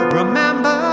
remember